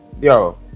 Yo